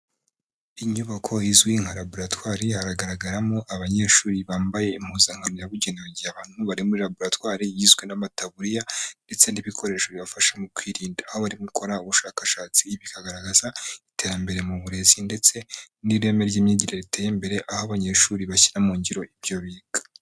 Inyubako izwi nka raboratwari hagaragaramo abanyeshuri bambaye impuzankano yabugenewe igihe abantu bari muri raboratwari igizwe n'amataburiya ndetse n'ibikoresho bibafasha mu kwirinda, aho barimo gukora ubushakashatsi, ibi bikagaragaza iterambere mu burezi ndetse n'ireme ry'imyigire riteye imbere, aho abanyeshuri bashyira mu ngiro ibyo biga.